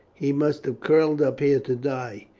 he must have curled up here to die.